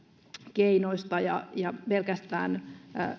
keinoista ja ja pelkästään